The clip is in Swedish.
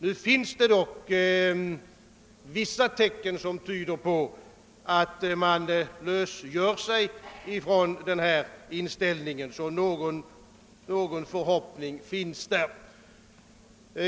Nu finns det dock vissa tecken som tyder på att man lösgör sig från denna inställning, så någon förhoppning kan vi hysa.